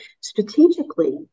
strategically